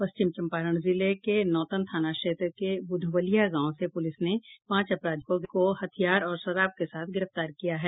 पश्चिम चंपारण जिले के नौतन थाना क्षेत्र के ब्रधवलिया गांव से पूलिस ने पांच अपराधियों को हथियार और शराब के साथ गिरफ्तार किया है